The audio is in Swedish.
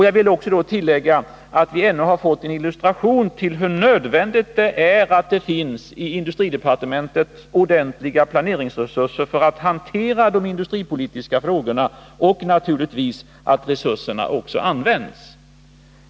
Jag vill tillägga att vi nu har fått en illustration till hur nödvändigt det är att det i industridepartementet finns ordentliga planeringsresurser för att handlägga de industripolitiska frågorna och att de resurserna också används.